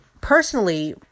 personally